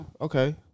okay